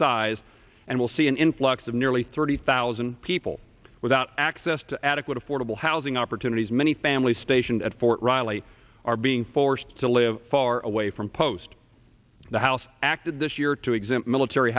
size and will see an influx of nearly thirty thousand people without access to adequate affordable housing opportunities many families stationed at fort riley are being forced to live far away from post the house acted this year to exempt military